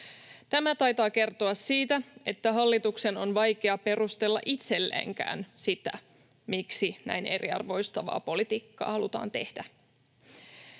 Tämä taitaa kertoa siitä, että hallituksen on vaikea perustella itselleenkään sitä, miksi näin eriarvoistavaa politiikkaa halutaan tehdä.